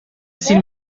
син